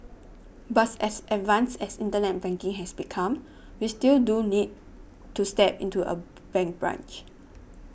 bus as advanced as internet banking has become we still do need to step into a bank branch